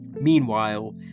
Meanwhile